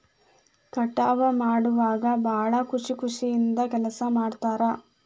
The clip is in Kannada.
ಕಟಾವ ಮಾಡುವಾಗ ಭಾಳ ಖುಷಿ ಖುಷಿಯಿಂದ ಕೆಲಸಾ ಮಾಡ್ತಾರ